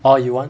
or you want